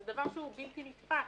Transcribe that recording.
זה דבר שהוא בלתי נתפס.